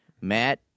Matt